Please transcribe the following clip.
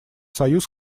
союз